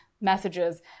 messages